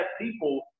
people